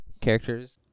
characters